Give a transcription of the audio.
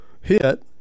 hit